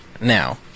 now